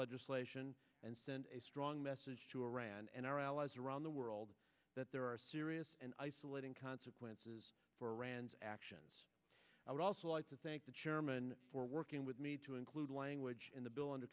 legislation and send a strong message to iran and our allies around the world that there are serious and isolating consequences for iran's actions i would also like to thank the chairman for working with me to include language in the bill under